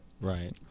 Right